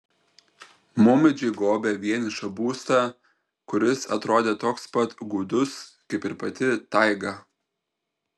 maumedžiai gobė vienišą būstą kuris atrodė toks pat gūdus kaip ir pati taiga